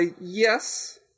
yes